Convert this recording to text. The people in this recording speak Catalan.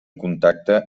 contacte